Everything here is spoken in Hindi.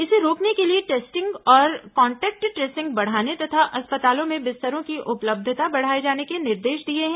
इसे रोकने के लिए टेस्टिंग और कान्टेक्ट ट्रेसिंग बढ़ाने तथा अस्पतालों में बिस्तरों की उपलब्धता बढ़ाए जाने के निर्देश दिए हैं